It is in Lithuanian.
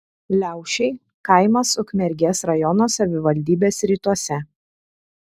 liaušiai kaimas ukmergės rajono savivaldybės rytuose